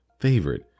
favorite